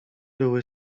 były